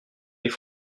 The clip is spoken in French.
les